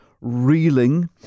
reeling